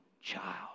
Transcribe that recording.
child